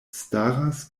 staras